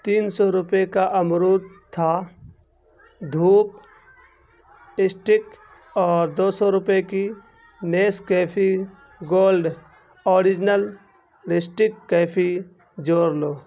تین سو روپے کا امرود تھا دھوپ اسٹک اور دو سو روپئے کی نیسکیفی گولڈ اوریجنل ریسٹک کیفی جوڑ لو